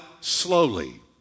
slowly